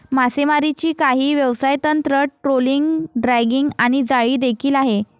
मासेमारीची काही व्यवसाय तंत्र, ट्रोलिंग, ड्रॅगिंग आणि जाळी देखील आहे